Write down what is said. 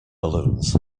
balloons